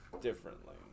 differently